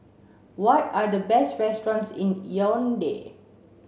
what are the best restaurants in Yaounde